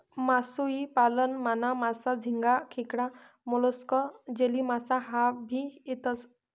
मासोई पालन मान, मासा, झिंगा, खेकडा, मोलस्क, जेलीमासा ह्या भी येतेस